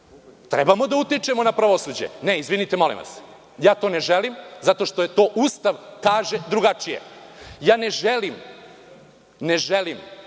treba da utičemo na pravosuđe? Ne. Izvinite, molim vas, ja to ne želim, zato što Ustav kaže drugačije. Ja ne želim, kao